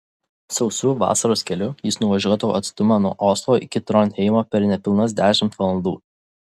sausu vasaros keliu jis nuvažiuodavo atstumą nuo oslo iki tronheimo per nepilnas dešimt valandų